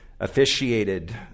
officiated